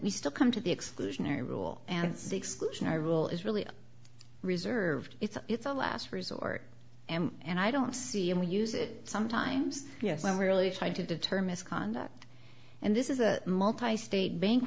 we still come to the exclusionary rule an exclusionary rule is really reserved it's it's a last resort and i don't see and we use it sometimes yes when we're really trying to deter misconduct and this is a multi state bank